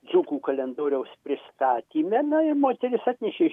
dzūkų kalendoriaus pristatyme na ir moteris atnešė